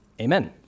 Amen